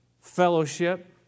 fellowship